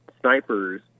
snipers